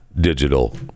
digital